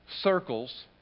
circles